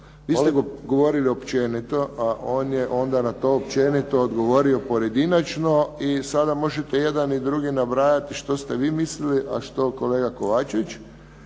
Vi ste govorili općenito a on je onda na to općenito odgovorio pojedinačno i sada možete jedan i drugi nabrajati što ste vi mislili a što kolega Kovačević.